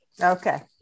okay